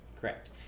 Correct